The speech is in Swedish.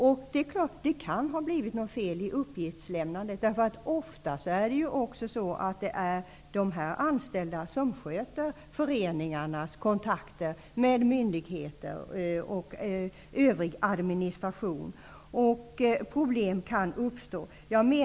Det kan naturligtvis ha blivit något fel i uppgiftslämnandet. Det är ofta de här anställda som sköter föreningarnas kontakter med myndigheter och övrig administration, och problem kan uppstå.